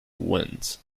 wins